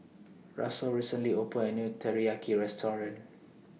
Russell recently opened A New Teriyaki Restaurant